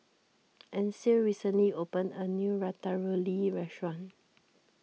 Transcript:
Ancil recently opened a new Ratatouille restaurant